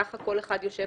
ככה כל אחד יושב